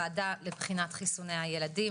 המומחים הרפואיים של הוועדה לבחינת חיסוני ילדים,